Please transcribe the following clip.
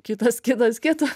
kitas kitas kita